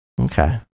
Okay